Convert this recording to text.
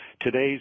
today's